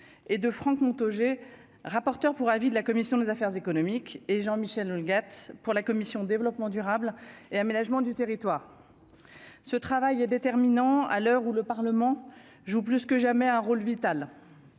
et de Franck Montaugé, rapporteur pour avis de la commission des affaires économiques et Jean Michel pour la commission Développement durable et Aménagement du territoire, ce travail est déterminant à l'heure où le Parlement joue plus que jamais un rôle vital